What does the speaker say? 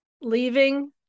leaving